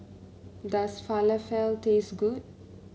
does Falafel taste good